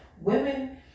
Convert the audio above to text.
women